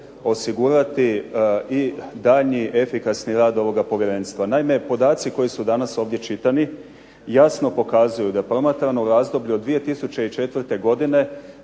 osigurati i daljnji efikasni rad ovoga povjerenstva. Naime, podaci koji su ovdje danas čitani jasno pokazuju da u promatranom razdoblju od 2004. godine